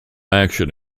action